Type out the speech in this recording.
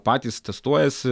patys testuojasi